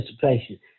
participation